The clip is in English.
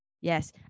yes